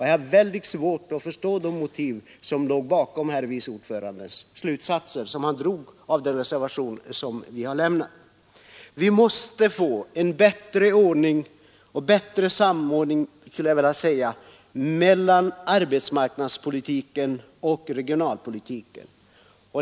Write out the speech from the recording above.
Jag har mycket svårt att förstå de motiv som låg bakom de slutsatser som herr vice ordföranden drog av den reservation som vi har lämnat. Vi måste få en bättre samordning mellan arbetsmarknadspolitiken och regionalpolitiken.